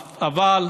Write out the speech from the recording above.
אבל,